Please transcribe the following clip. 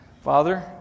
Father